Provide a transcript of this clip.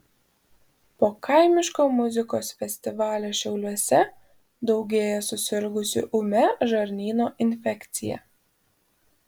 po kaimiško muzikos festivalio šiauliuose daugėja susirgusių ūmia žarnyno infekcija